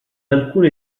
alcune